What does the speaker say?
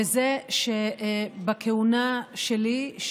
וזה שבכהונה שלי,